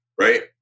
right